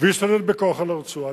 והשתלט בכוח על הרצועה.